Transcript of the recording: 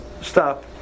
stop